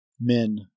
men